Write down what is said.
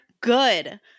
Good